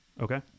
Okay